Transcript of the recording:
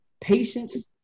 patience